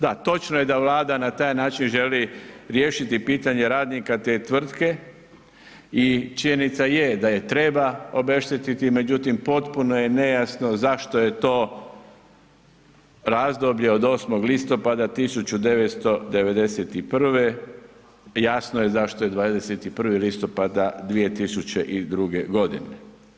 Da, točno je da Vlada na taj način želi rještiti pitanje radnika te tvrtke i činjenica je da ih treba obeštetiti, međutim potpuno je nejasno zašto je to razdoblje od 8. listopada 1991., jasno je zašto je 21. listopada 2002. godine.